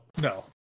No